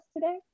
today